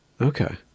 Okay